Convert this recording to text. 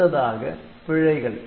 அடுத்ததாக பிழைகள்